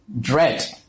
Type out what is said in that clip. dread